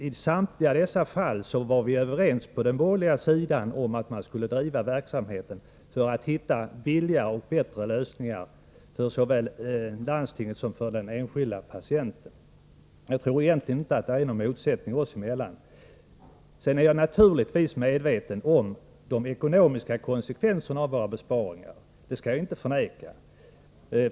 I samtliga dessa fall var vi på den borgerliga sidan överens om att man skulle försöka hitta lösningar som är billigare och bättre för såväl landstinget som den enskilda patienten. Jag tror egentligen inte att det råder någon motsättning oss emellan, Rune Gustavsson. Jag är naturligtvis medveten om de ekonomiska konsekvenserna av våra besparingar — det skall jag inte förneka.